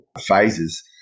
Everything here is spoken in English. phases